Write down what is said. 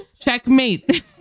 checkmate